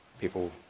people